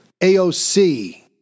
AOC